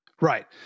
Right